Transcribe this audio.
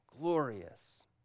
glorious